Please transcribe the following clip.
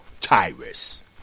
Tyrus